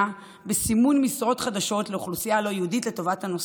בסימון משרות חדשות לאוכלוסייה הלא-יהודית לטובת הנושא.